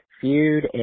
feud